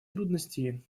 трудностей